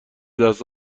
دست